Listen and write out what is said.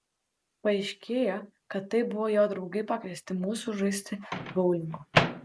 paaiškėjo kad tai buvo jo draugai pakviesti mūsų žaisti boulingo